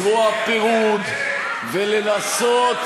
ולזרוע פירוד, ולנסות,